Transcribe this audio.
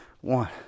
One